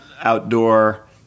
outdoor